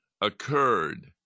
occurred